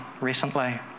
recently